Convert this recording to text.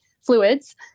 fluids